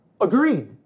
Agreed